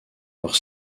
leur